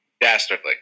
Dastardly